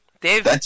Dave –